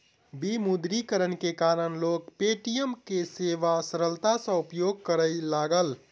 विमुद्रीकरण के कारण लोक पे.टी.एम के सेवा सरलता सॅ उपयोग करय लागल